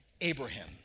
Abraham